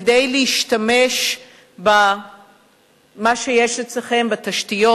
כדי להשתמש במה שיש אצלכם בתשתיות,